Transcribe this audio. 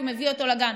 הוא מביא אותו לגן.